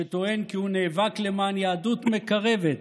שטוען כי הוא נאבק למען יהדות מקרבת,